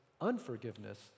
unforgiveness